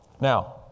Now